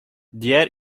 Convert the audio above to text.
diğer